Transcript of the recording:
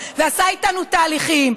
עשה איתנו תהליכים,